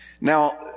Now